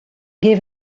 give